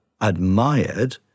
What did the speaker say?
admired